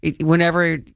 whenever